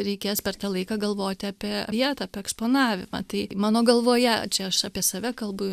reikės per tą laiką galvoti apie vietą apie eksponavimą tai mano galvoje čia aš apie save kalbu